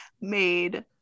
made